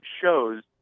shows